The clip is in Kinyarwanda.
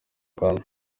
rwanda